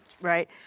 right